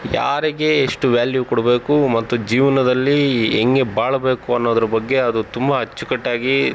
ಯಾರಿಗೆ ಎಷ್ಟು ವ್ಯಾಲ್ಯೂ ಕೊಡಬೇಕು ಮತ್ತು ಜೀವನದಲ್ಲಿ ಹೆಂಗೆ ಬಾಳಬೇಕು ಅನ್ನೋದ್ರ ಬಗ್ಗೆ ಅದು ತುಂಬ ಅಚ್ಚುಕಟ್ಟಾಗಿ